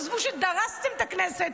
עזבו שדרסתם את הכנסת,